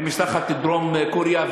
עם משלחת דרום-קוריאה,